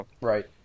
Right